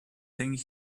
think